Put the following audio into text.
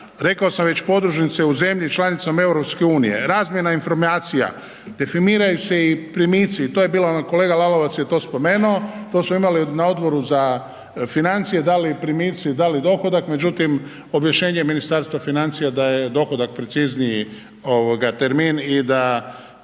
Rekao sam već podružnice u zemlji članicom EU, razmjena informacija, definiraju se i primici i to je bila ono kolega Lalovac je to spomenuo, to smo imali na odboru za financije, da li primici, da li dohodak, međutim objašnjenje je Ministarstva financija da je dohodak precizniji ovoga termin i da